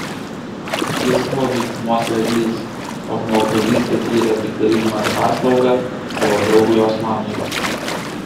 jis buvo dykumos vedlys o žmogžudystę tyrė tik darydamas paslaugą savo draugui osmanui